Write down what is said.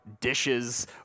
dishes